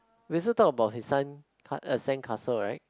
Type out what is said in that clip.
we also talk about his son uh sand castle right